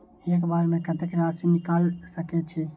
एक बार में कतेक राशि निकाल सकेछी?